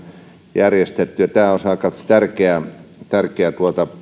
järjestetty tämä olisi aika tärkeä